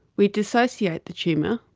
we dissociate the tumour,